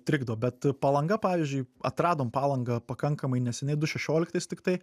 trikdo bet palanga pavyzdžiui atradom palangą pakankamai neseniai du šešioliktais tiktai